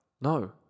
no